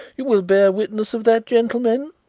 you will bear witness of that, gentlemen.